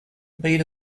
beta